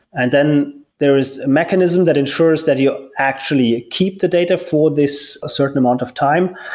and then there is a mechanism that ensures that you actually keep the data for this certain amount of time.